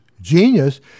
genius